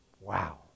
wow